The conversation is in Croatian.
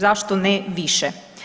Zašto ne više?